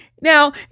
Now